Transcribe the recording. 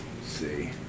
see